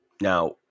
Now